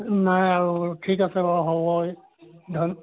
নাই আৰু ঠিক আছে বাৰু হ'ব